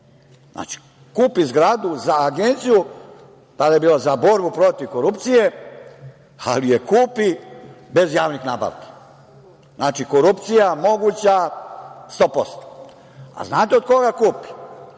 Znači, kupi zgradu za agenciju, tada je bila za borbu protiv korupcije, ali je kupi bez javnih nabavki. Znači, korupcija moguća 100%. Znate od koga kupi?